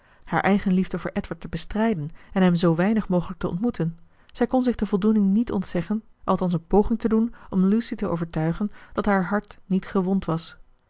haar eigen liefde voor edward te bestrijden en hem zoo weinig mogelijk te ontmoeten zij kon zich de voldoening niet ontzeggen althans een poging te doen om lucy te overtuigen dat haar hart niet gewond was